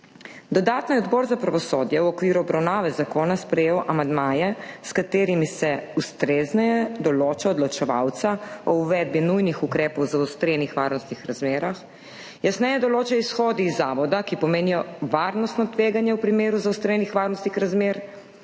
Dodatno je Odbor za pravosodje v okviru obravnave zakona sprejel amandmaje, s katerimi se ustrezneje določa odločevalca o uvedbi nujnih ukrepov v zaostrenih varnostnih razmerah, jasneje določajo izhodi iz zavoda, ki pomenijo varnostno tveganje v primeru zaostrenih varnostnih razmer,